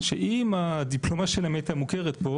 שאם הדיפלומה שלהן הייתה מוכרת פה,